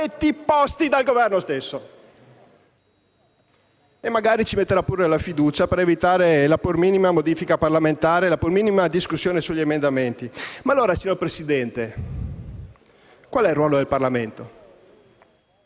paletti posti dal Governo stesso. E magari ci metterà pure la fiducia, per evitare la pur minima modifica parlamentare e la pur minima discussione sugli emendamenti. Ma allora, signor Presidente, qual è il ruolo del Parlamento?